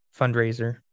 fundraiser